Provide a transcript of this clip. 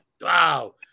Wow